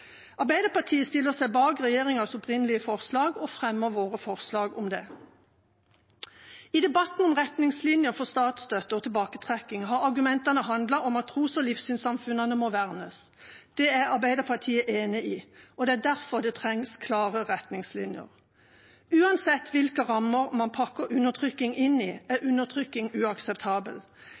Arbeiderpartiet stiller seg bak regjeringas opprinnelige forslag og fremmer våre forslag om det. I debatten om retningslinjer for statsstøtte og tilbaketrekking har argumentene handlet om at tros- og livssynssamfunnene må vernes. Det er Arbeiderpartiet enig i, og det er derfor det trengs klare retningslinjer. Uansett hvilke rammer man pakker undertrykking inn i, er undertrykking